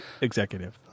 executive